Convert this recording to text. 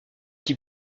qui